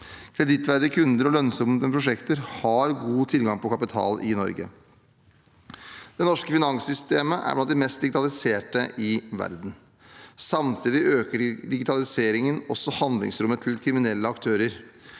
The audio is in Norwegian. Kredittverdige kunder og lønnsomme prosjekter har god tilgang på kapital i Norge. Det norske finanssystemet er blant de mest digitaliserte i verden. Samtidig øker digitaliseringen også handlingsrommet til kriminelle aktører.